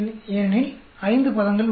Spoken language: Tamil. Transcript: ஏனெனில் 5 பதங்கள் உள்ளன